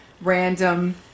random